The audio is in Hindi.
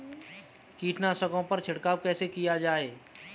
कीटनाशकों पर छिड़काव कैसे किया जाए?